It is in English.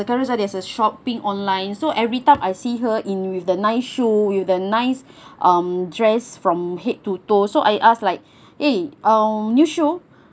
Carousell there's a shopping online so every time I see her in with the nice shoe with the nice um dress from head to toe so I ask like eh new shoe